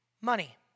Money